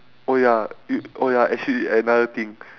oh ya it oh ya actually another thing